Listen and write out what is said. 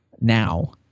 now